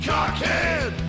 Cockhead